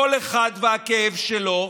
כל אחד והכאב שלו.